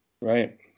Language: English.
right